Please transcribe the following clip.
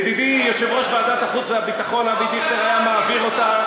ידידי יושב-ראש ועדת החוץ והביטחון אבי דיכטר היה מעביר אותה,